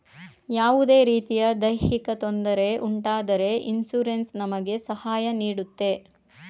ಯಾವುದೇ ರೀತಿಯ ದೈಹಿಕ ತೊಂದರೆ ಉಂಟಾದರೆ ಇನ್ಸೂರೆನ್ಸ್ ನಮಗೆ ಸಹಾಯ ನೀಡುತ್ತೆ